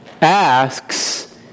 asks